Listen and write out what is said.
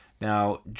now